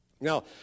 Now